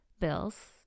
Bill's